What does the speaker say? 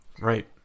Right